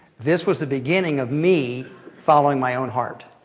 this was the beginning of me following my own heart.